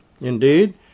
Indeed